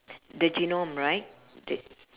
the genome right th~